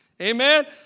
Amen